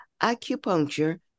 acupuncture